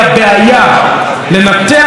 לנתח את הבעיה,